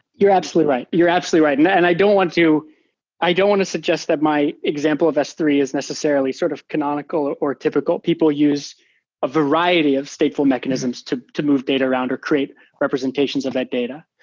you're absolutely right. you're absolutely right. and and i don't want i don't want to suggest that my example of s three is necessarily sort of canonical or or typical. people use a variety of stateful mechanisms to to move data around or create representations of that data.